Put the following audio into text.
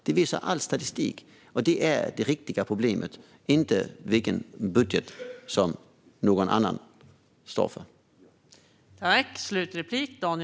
Detta visar all statistik, och det är det riktiga problemet, inte vilken budget som någon annan står för.